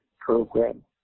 program